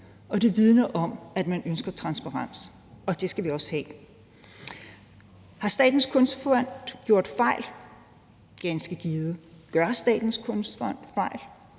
og det vidner om, at man ønsker transparens, og det skal vi også have. Har Statens Kunstfond begået fejl? Ganske givet. Begår Statens Kunstfond fejl?